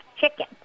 chicken